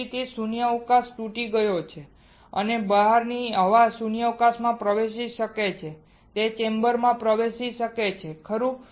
તેથી કે શૂન્યાવકાશ તૂટી ગયો છે અને બહારથી હવા શૂન્યાવકાશમાં પ્રવેશ કરી શકે છે તે ચેમ્બરમાં પ્રવેશી શકે છે ખરું